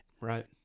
Right